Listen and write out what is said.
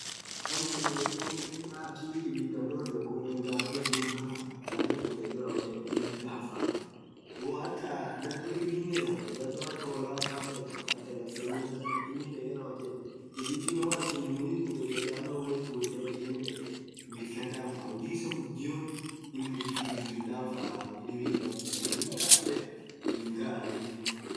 yaani unii akhi ibidhan dhorgen khun wonni akha garrolee ghurghurdha khun garii khun dheke rawothe ibidhii dhafaaa woathaa dhadho dhibinen itathe dhadho akha holaa faanen ithathe hataa garseninen itathe inn dheke rawothethu ibidhin woachin minith ghubethe ama woithii ghubethe yedhen inin dheke Ibidhi khab dhafaa huji issa ghudion inn huji ibidhum dhafaa huji dhibii hinkhabu dhub dhafee wolin ghaa inin